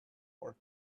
war